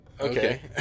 Okay